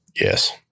Yes